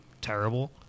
terrible